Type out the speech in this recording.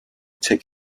take